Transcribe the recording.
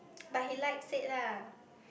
but he likes it lah